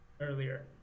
earlier